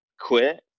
quit